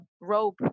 rope